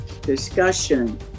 discussion